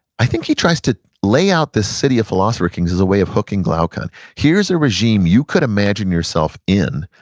i think he tries to layout this city of philosopher kings as a way of hooking glaucon. here's a regime you could imagine yourself in,